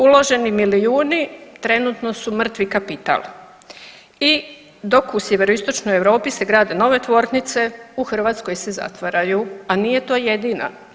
Uloženi milijuni trenutno su mrtvi kapital i dok u sjeveroistočnoj Europi se grade nove tvornice, u Hrvatskoj se zatvaraju, a nije to jedina.